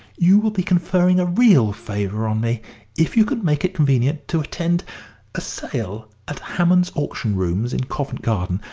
you will be conferring a real favour on me if you can make it convenient to attend a sale at hammond's auction rooms in covent garden,